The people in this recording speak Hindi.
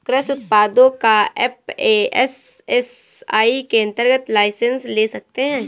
कृषि उत्पादों का एफ.ए.एस.एस.आई के अंतर्गत लाइसेंस ले सकते हैं